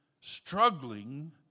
struggling